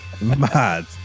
mad